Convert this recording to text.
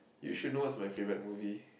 you should know what's my favourite movie